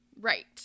Right